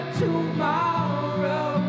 tomorrow